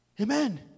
amen